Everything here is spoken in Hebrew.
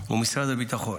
ומשרד הביטחון.